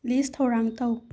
ꯂꯤꯁ ꯊꯧꯔꯥꯡ ꯇꯧ